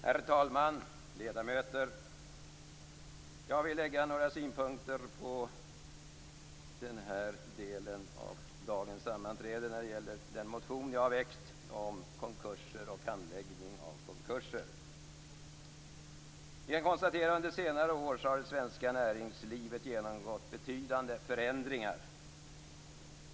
Herr talman! Ledamöter! Jag vill lägga några synpunkter på denna del av dagens sammanträde. Det gäller den motion jag har väckt om konkurser och handläggning av konkurser. Vi kan konstatera att det svenska näringslivet under senare år har genomgått betydande förändringar.